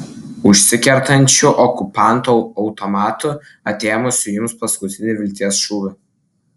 užsikertančiu okupanto automatu atėmusiu jums paskutinį vilties šūvį